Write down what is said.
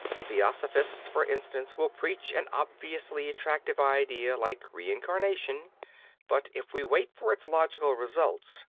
theosophists for instance will preach an obviously attractive idea like re-incarnation but if we wait for its logical results,